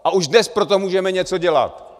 A už dnes pro to můžeme něco dělat!